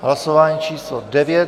Hlasování číslo 9.